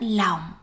lòng